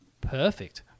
Perfect